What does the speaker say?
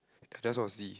I just want to see